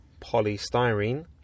Polystyrene